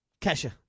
Kesha